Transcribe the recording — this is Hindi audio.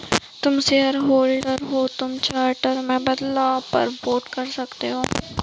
तुम शेयरहोल्डर हो तो तुम चार्टर में बदलाव पर वोट कर सकते हो